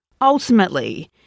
Ultimately